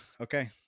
Okay